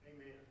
Amen